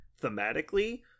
thematically